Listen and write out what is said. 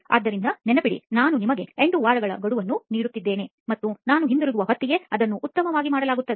ಆದ್ದರಿಂದ ನೆನಪಿಡಿ ನಾನು ನಿಮಗೆ 8 ವಾರಗಳ ಗಡುವನ್ನು ನೀಡುತ್ತಿದ್ದೇನೆ ಮತ್ತು ನಾನು ಹಿಂತಿರುಗುವ ಹೊತ್ತಿಗೆ ಅದನ್ನು ಉತ್ತಮವಾಗಿ ಮಾಡಲಾಗುತ್ತದೆ